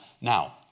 Now